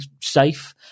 safe